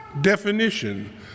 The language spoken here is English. definition